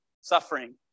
suffering